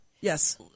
Yes